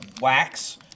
wax